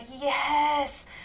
yes